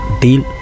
deal